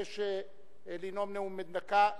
שמבקש לנאום נאום בן דקה?